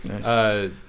Nice